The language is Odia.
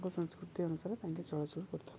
ତ ସଂସ୍କୃତି ଅନୁସାରେ ତାଙ୍କେ ଚଳାଚଳ କରିଥାନ୍ତି